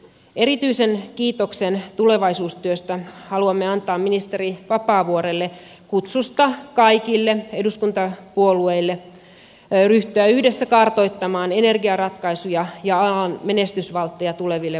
erityisen kiitoksen tulevaisuustyöstä haluamme antaa ministeri vapaavuorelle kutsusta kaikille eduskuntapuolueille ryhtyä yhdessä kartoittamaan energiaratkaisuja ja alan menestysvaltteja tuleville vuosikymmenille